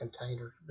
container